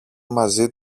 μαζί